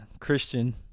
Christian